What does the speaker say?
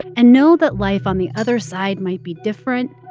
and know that life on the other side might be different,